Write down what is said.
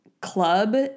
club